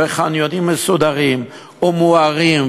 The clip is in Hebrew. וחניונים מסודרים ומוארים,